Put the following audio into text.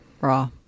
raw